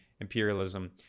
imperialism